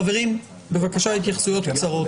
חברים בבקשה התייחסויות קצרות.